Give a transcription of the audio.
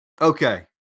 Okay